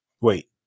wait